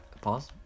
Pause